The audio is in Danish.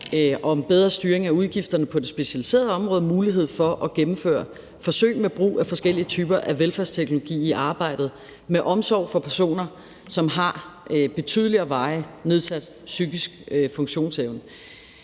om bedre styring af udgifterne på det specialiserede område, mulighed for at gennemføre forsøg med brug af forskellige typer af velfærdsteknologi i arbejdet med omsorg for personer, som har betydelig og varig nedsat psykisk funktionsevne.